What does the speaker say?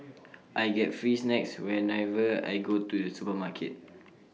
I get free snacks whenever I go to the supermarket